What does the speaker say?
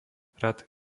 rad